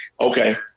Okay